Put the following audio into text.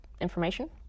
information